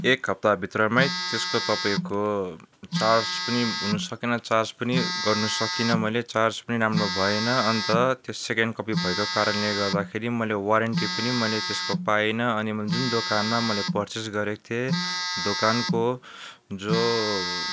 एक हप्ताभित्रमै त्यसको तपाईँको चार्ज पनि हुनु सकेन चार्ज पनि गर्नु सकिनँ मैले चार्ज पनि राम्रो भएन अन्त त्यो सेकेन्ड कपी भएको कारणले गर्दाखेरि मैले वारेन्टी पनि मैले त्यसको पाइनँ अनि मैले जुन दोकानमा मैले पर्चेज गरेको थिएँ दोकानको जो